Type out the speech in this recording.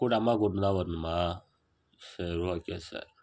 கூட அம்மாவை கூப்பிட்னு தான் வரணுமா சரி ஓகே சார்